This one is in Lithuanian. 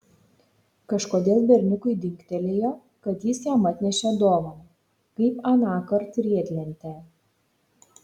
kažkodėl berniukui dingtelėjo kad jis jam atnešė dovaną kaip anąkart riedlentę